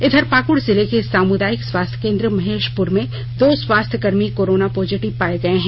इधर पाकुड़ जिले के सामुदायिक स्वास्थ केंद्र महेशपुर में दो स्वास्थ कर्मी कोरोना पॉजिटिव पाये गये है